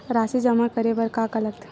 राशि जमा करे बर का का लगथे?